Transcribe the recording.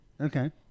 Okay